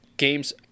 games